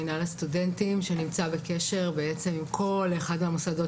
מינהל הסטודנטים שנמצא בקשר על כל אחד מהמוסדות